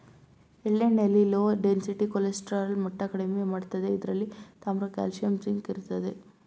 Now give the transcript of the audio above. ಎಳ್ಳೆಣ್ಣೆಲಿ low density cholesterol ಮಟ್ಟ ಕಡಿಮೆ ಮಾಡ್ತದೆ ಇದ್ರಲ್ಲಿ ತಾಮ್ರ ಕಾಲ್ಸಿಯಂ ಜಿಂಕ್ ಇರ್ತದೆ